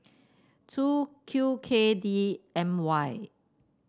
two Q K D M Y